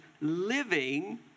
living